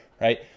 right